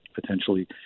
potentially